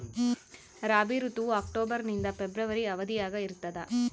ರಾಬಿ ಋತುವು ಅಕ್ಟೋಬರ್ ನಿಂದ ಫೆಬ್ರವರಿ ಅವಧಿಯಾಗ ಇರ್ತದ